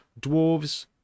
dwarves